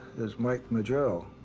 it was mike mageau.